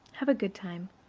have a good time,